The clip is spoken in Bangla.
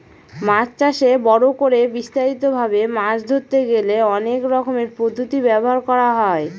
মাছ চাষে বড় করে বিস্তারিত ভাবে মাছ ধরতে গেলে অনেক রকমের পদ্ধতি ব্যবহার করা হয়